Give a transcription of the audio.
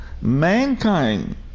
mankind